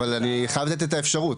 אבל אני חייב לתת את האפשרות.